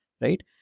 Right